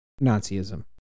Nazism